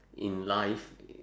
in life